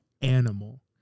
animal